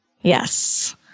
Yes